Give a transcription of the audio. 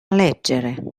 leggere